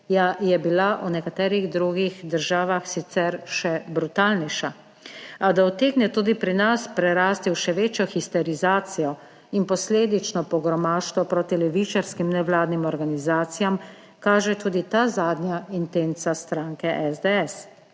je bila v nekaterih drugih državah sicer še brutalnejša, a da utegne tudi pri nas prerasti v še večjo histerizacijo in posledično pogromaštvo proti levičarskim nevladnim organizacijam, kaže tudi ta zadnja intenca stranke SDS.